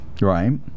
Right